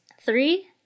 Three